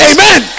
Amen